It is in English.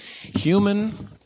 Human